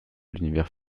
l’univers